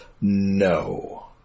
No